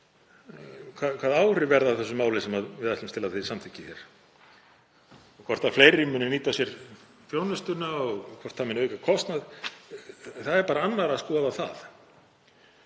hvaða áhrif verða af málinu sem við ætlumst til að þið samþykkið hér, hvort fleiri muni nýta sér þjónustuna og hvort það muni auka kostnað. Það er bara annarra að skoða það.